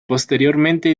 posteriormente